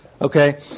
Okay